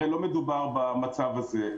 הרי לא מדובר במצב הזה.